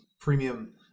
premium